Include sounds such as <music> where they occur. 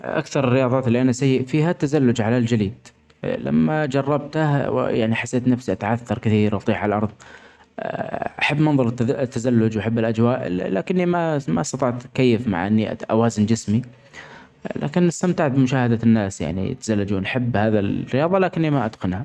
أكثر الرياضات اللي أنا سئ فيها التزلج علي الجليد لما جربتها يعني حسيت نفسي أتعثر كتير وأطيح علي الأرض ، <hesitation> أحب منظر الت-التزلج وأحب الأجواء ل-لكن ما-ما أستطعت أتكيف مع إني أوازن جسمي. لكن أستمتع بمشاهدة الناس يعني يتزلجون أحب هذا الرياضة لكني ما أتقنها.